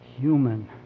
human